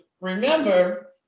Remember